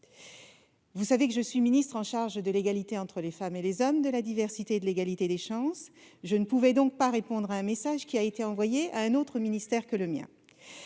Vous savez que je suis ministre chargée de l'égalité entre les femmes et les hommes, de la diversité et de l'égalité des chances. Je ne pouvais donc pas répondre à un message envoyé à un ministère autre que le mien.